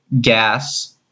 gas